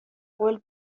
قول